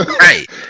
Right